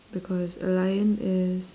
because a lion is